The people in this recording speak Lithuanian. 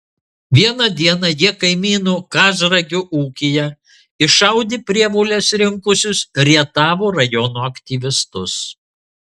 vieną dieną jie kaimyno kazragio ūkyje iššaudė prievoles rinkusius rietavo rajono aktyvistus